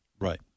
Right